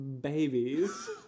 babies